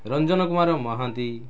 Ranjan Kumar Mohanty